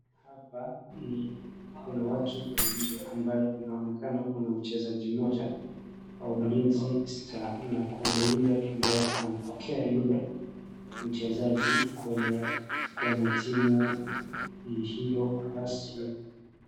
Hapa ni, kuna watu wawili ambayo inaonekana kuwa na mchezaji mmoja wa Ulinzi Stars, na kuna yule ambaye anampokea yule mchezaji kwenye, kwenye timu hio rasmi.